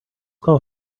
call